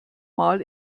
mal